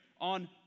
on